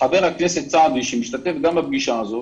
חבר הכנסת סעדי שמשתתף גם בפגישה הזאת,